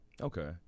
okay